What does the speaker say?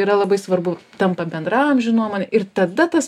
yra labai svarbu tampa bendraamžių nuomonė ir tada tas